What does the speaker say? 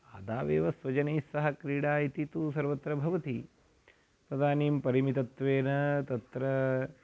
आदावेव स्वजनैस्सह क्रीडा इति तु सर्वत्र भवति तदानीं परिमितत्वेन तत्र